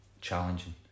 challenging